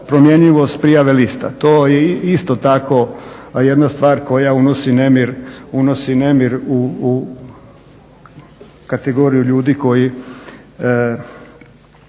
promjenjivost prijave lista. To je isto tako jedna stvar koja unosi nemir u kategoriju ljudi koji